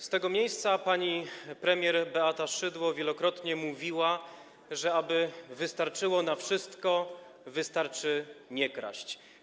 Z tego miejsca pani premier Beata Szydło wielokrotnie mówiła, że aby wystarczyło na wszystko, wystarczy nie kraść.